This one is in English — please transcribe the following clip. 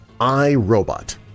iRobot